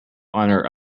honour